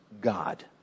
God